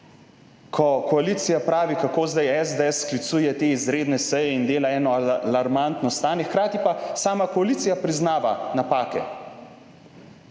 ko koalicija pravi, kako zdaj SDS sklicuje te izredne seje in dela eno alarmantno stanje, hkrati pa sama koalicija priznava napake.